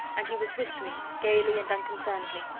and he was whistling, gaily and unconcernedly.